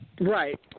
Right